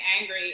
angry